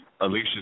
Alicia